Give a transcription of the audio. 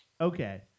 okay